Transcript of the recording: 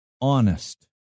honest